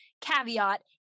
Caveat